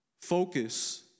Focus